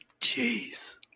Jeez